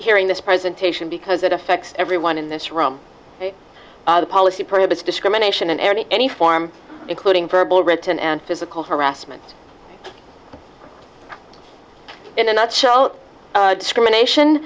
hearing this presentation because it affects everyone in this room the policy prohibits discrimination in any any form including verbal written and physical harassment in a nutshell discrimination